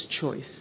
choice